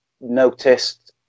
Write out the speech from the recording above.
noticed